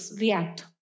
react